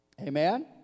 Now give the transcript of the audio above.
Amen